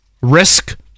risk